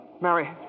Mary